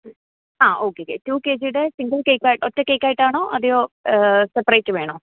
ആ okay two K G യുടെ single cake ഒറ്റ കേക്കായിട്ടാണൊ അതെയോ സെപ്പറേറ്റ് വേണോ